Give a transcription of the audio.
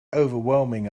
overwhelming